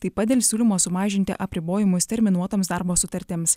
taip pat dėl siūlymo sumažinti apribojimus terminuotoms darbo sutartims